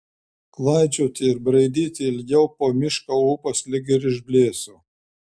klaidžioti ir braidyti ilgiau po mišką ūpas lyg ir išblėso